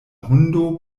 hundo